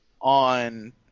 on